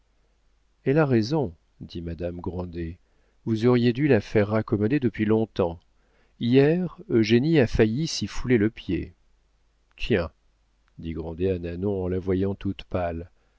elle a raison dit madame grandet vous auriez dû la faire raccommoder depuis long-temps hier eugénie a failli s'y fouler le pied tiens dit grandet à nanon en la voyant toute pâle